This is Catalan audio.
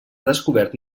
descobert